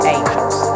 Angels